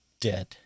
dead